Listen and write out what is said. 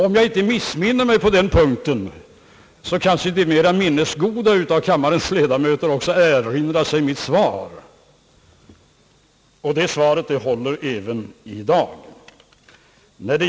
Om jag inte missminner mig på den punkten, kanske de mera minnesgoda av kammarens ledamöter också erinrar sig mitt svar. Det svaret håller även i dag.